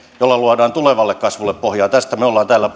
joilla luodaan tulevalle kasvulle pohjaa tästä me olemme täällä